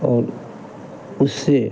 और उससे